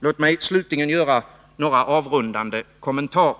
Låt mig slutligen göra några avrundande kommentarer.